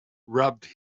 rubbed